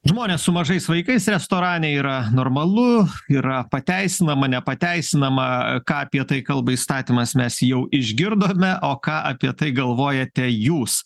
žmones su mažais vaikais restorane yra normalu yra pateisinama nepateisinama ką apie tai kalba įstatymas mes jau išgirdome o ką apie tai galvojate jūs